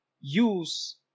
use